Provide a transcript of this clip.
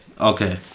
Okay